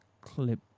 clip